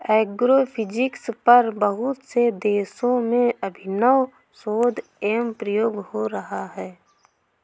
agrophysics पर बहुत से देशों में अभिनव शोध एवं प्रयोग हो रहा है